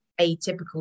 atypical